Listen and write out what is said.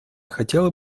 хотела